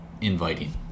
inviting